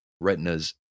retinas